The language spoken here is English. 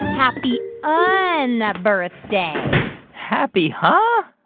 happy ah and unbirthday happy huh?